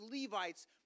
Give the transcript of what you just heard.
Levites